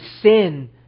sin